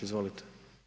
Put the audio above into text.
Izvolite.